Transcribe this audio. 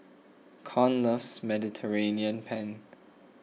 Con loves Mediterranean Penne